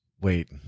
wait